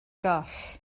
goll